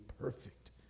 perfect